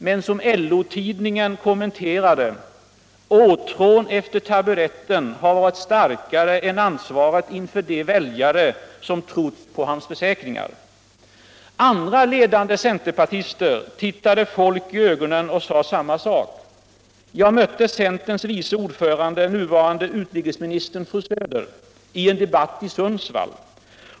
Men som LÖ-tidningen kommenterade: ”åtrån efter tabureuen har varit starkare än ansvaret inför de väljare som trott på hans försäkringar”. Andra ledande centerpartister tittade folk i ögonen och sade samma sak. Jag mötte centerns vice ordförande — nuvarande utrikesministern Karin Söder — i en debatt i Sundsvall.